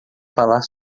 falar